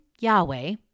Yahweh